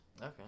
Okay